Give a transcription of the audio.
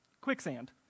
quicksand